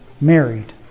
married